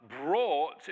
brought